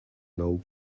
know